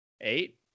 Eight